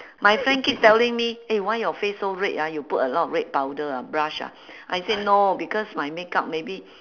my friend keep telling me eh why your face so red ah you put a lot of red powder ah blush ah I said no because my makeup maybe